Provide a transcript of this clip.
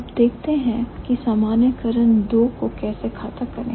अब देखते हैं कि सामान्यीकरण नंबर दो को कैसे अकाउंट या खाता करें